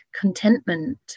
contentment